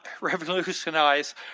revolutionize